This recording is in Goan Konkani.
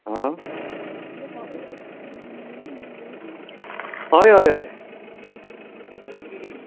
आं हय हय हय